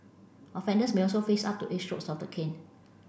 offenders may also face up to eight strokes of the cane